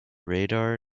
radar